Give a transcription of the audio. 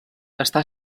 està